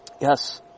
Yes